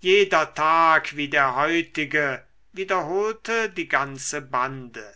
jeder tag wie der heutige wiederholte die ganze bande